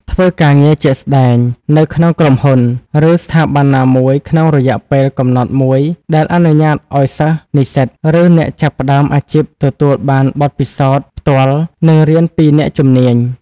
ធ្វើការងារជាក់ស្តែងនៅក្នុងក្រុមហ៊ុន ឬស្ថាប័នណាមួយក្នុងរយៈពេលកំណត់មួយដែលអនុញ្ញាតឲ្យសិស្ស និស្សិត ឬអ្នកចាប់ផ្តើមអាជីពទទួលបានបទពិសោធន៍ផ្ទាល់ និងរៀនពីអ្នកជំនាញ។